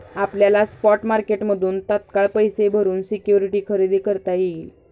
आपल्याला स्पॉट मार्केटमधून तात्काळ पैसे भरून सिक्युरिटी खरेदी करता येईल